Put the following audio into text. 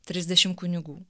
trisdešimt kunigų